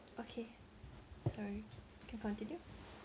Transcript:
okay sorry can continue